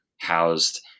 housed